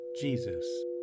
Jesus